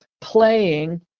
playing